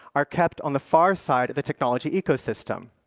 are kept on the far side of the technology ecosystem